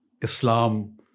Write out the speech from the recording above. Islam